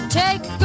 take